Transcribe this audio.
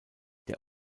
der